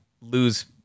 lose